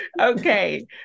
Okay